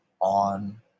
on